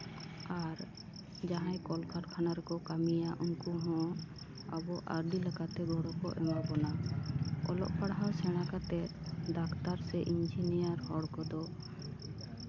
ᱟᱨ ᱡᱟᱦᱟᱸᱭ ᱠᱚᱞᱼᱠᱟᱨᱠᱷᱟᱱᱟ ᱨᱮᱠᱚ ᱠᱟᱹᱢᱤᱭᱟ ᱩᱱᱠᱩ ᱦᱚᱸ ᱟᱵᱚ ᱟᱹᱰᱤ ᱞᱮᱠᱟᱛᱮ ᱜᱚᱲᱚ ᱠᱚ ᱮᱢᱟ ᱵᱚᱱᱟ ᱚᱞᱚᱜ ᱯᱟᱲᱦᱟᱣ ᱥᱮᱬᱟ ᱠᱟᱛᱮᱜ ᱰᱟᱠᱛᱟᱨ ᱥᱮ ᱤᱧᱡᱤᱱᱤᱭᱟᱨ ᱦᱚᱲ ᱠᱚᱫᱚ